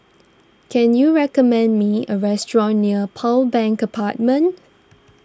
can you recommend me a restaurant near Pearl Bank Apartment